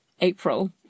April